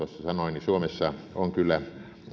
sanoi niin suomessa on kyllä